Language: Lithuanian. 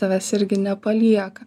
tavęs irgi nepalieka